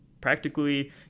practically